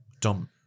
Dom